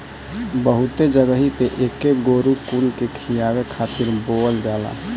बहुते जगही पे एके गोरु कुल के खियावे खातिर बोअल जाला